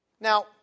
Now